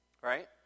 Right